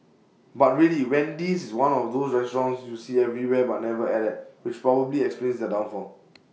but really Wendy's is one of those restaurants you see everywhere but never ate at which probably explains their downfall